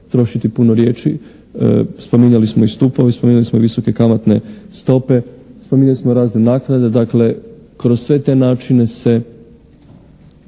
trošiti puno riječi. Spominjali smo i stupove, spominjali smo visoke kamatne stope, spominjali smo razne naknade. Dakle, kroz sve te načine se